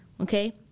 Okay